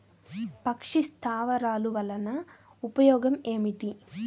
పక్షి స్థావరాలు వలన ఉపయోగం ఏమిటి?